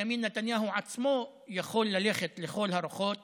בנימין נתניהו עצמו יכול ללכת לכל הרוחות